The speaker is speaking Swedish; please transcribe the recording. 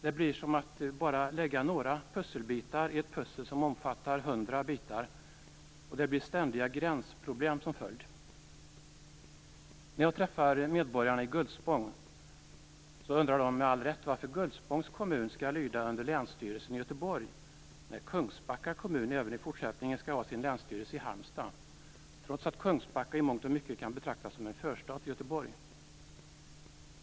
Det blir som att bara lägga några pusselbitar i ett pussel som omfattar 100 bitar, med ständiga gränsproblem som följd. När jag träffar medborgarna i Gullspång undrar de med all rätt varför Gullspångs kommun skall lyda under länsstyrelsen i Göteborg när Kungsbacka kommun även i fortsättningen skall ha sin länsstyrelse i Halmstad, trots att Kungsbacka i mångt och mycket kan betraktas som en förstad till Göteborg.